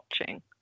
watching